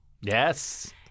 Yes